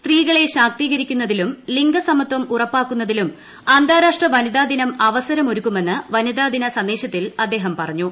സ്ത്രീകളെ ശാക്തീകരിക്കുന്നതിലും ലിംഗ സമത്വം ഉറപ്പാക്കുന്നതിലും അന്താരാഷ്ട്ര വനിതാദിന അവസരം ഒരുക്കുമെന്ന് വനിതാദിന സന്ദേശത്തിൽ അദ്ദേഹം പറഞ്ഞു